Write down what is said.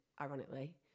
ironically